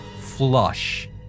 flush